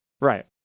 Right